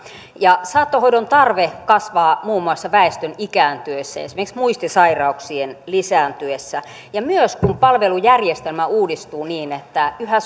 saattohoidon tarve kasvaa muun muassa väestön ikääntyessä esimerkiksi muistisairauksien lisääntyessä ja myös kun palvelujärjestelmä uudistuu niin että yhä